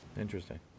interesting